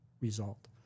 result